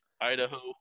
Idaho